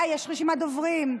אה, יש רשימת דוברים,